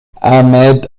ahmed